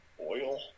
Oil